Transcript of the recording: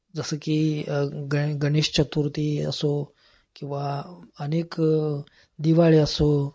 जसं की ग गणेश चतुर्थी असो किंवा अनेक दिवाळी असो